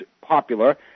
popular